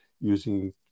using